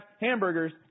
hamburgers